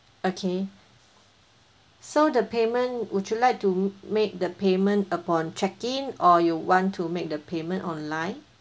okay so the payment would you like to make the payment upon check in or you want to make the payment online